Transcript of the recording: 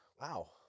Wow